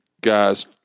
Guys